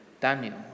Daniel